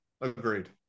Agreed